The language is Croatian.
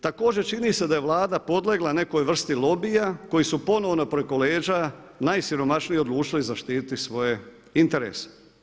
Također čini se da je Vlada podlegla nekoj vrsti lobija koji su ponovno preko leđa najsiromašnijih odlučili zaštiti svoje interese.